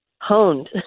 honed